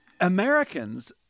Americans